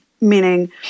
meaning